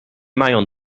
mają